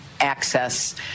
access